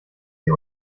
sie